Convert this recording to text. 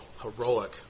heroic